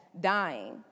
dying